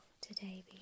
today